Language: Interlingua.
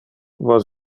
vos